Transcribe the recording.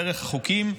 דרך החוקים.